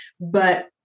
but-